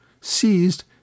seized